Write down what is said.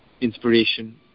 inspiration